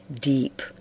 deep